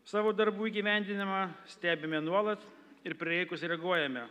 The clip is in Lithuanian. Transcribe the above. savo darbų įgyvendinimą stebime nuolat ir prireikus reaguojame